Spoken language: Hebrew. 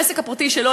בעסק הפרטי שלו,